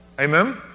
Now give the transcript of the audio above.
Amen